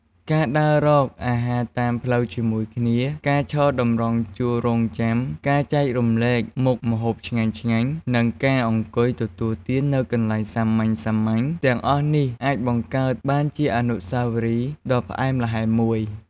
ការដើររកអាហារតាមផ្លូវជាមួយគ្នា ការឈរតម្រង់ជួររង់ចាំ ការចែករំលែកមុខម្ហូបឆ្ងាញ់ៗ និងការអង្គុយទទួលទាននៅកន្លែងសាមញ្ញៗ ទាំងអស់នេះអាចបង្កើតបានជាអនុស្សាវរីយ៍ដ៏ផ្អែមល្ហែមមួយ។